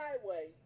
Highway